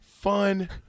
Fun